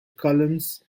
columns